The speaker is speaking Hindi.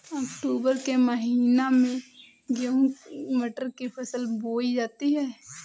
अक्टूबर के महीना में गेहूँ मटर की फसल बोई जाती है